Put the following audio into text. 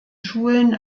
schulen